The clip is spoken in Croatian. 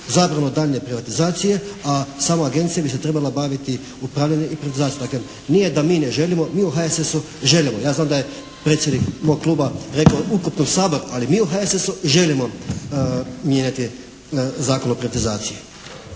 zabranu daljnje privatizacije a sama agencija bi se trebala baviti upravljanjem i …/Govornik se ne razumije./… Dakle, nije da mi ne želimo, mi u HSS-u želimo. Ja znam da je predsjednik mog kluba rekao ukupno u Saboru ali mi u HSS-u želimo mijenjati Zakon o privatizaciji.